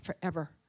forever